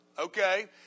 okay